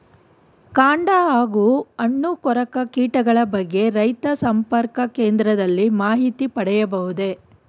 ಕಾಂಡ ಹಾಗೂ ಹಣ್ಣು ಕೊರಕ ಕೀಟದ ಬಗ್ಗೆ ರೈತ ಸಂಪರ್ಕ ಕೇಂದ್ರದಲ್ಲಿ ಮಾಹಿತಿ ಪಡೆಯಬಹುದೇ?